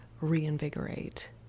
reinvigorate